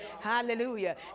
Hallelujah